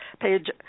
page